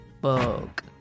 book